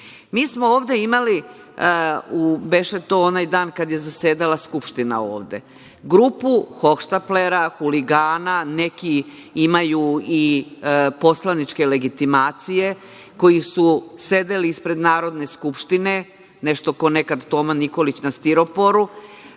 Mi smo ovde imali, beše to onaj dan kad je zasedala Skupština ovde, grupu hohštaplera, huligana, neki imaju i poslaničke legitimacije, koji su sedeli ispred Narodne skupštine, nešto kao nekad Toma Nikolić na stiropolu,